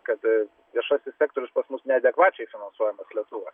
kad viešasis sektorius pas mus neadekvačiai finansuojamas lietuvoj